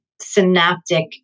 synaptic